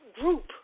group